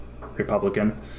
Republican